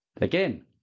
Again